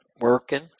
working